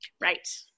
Right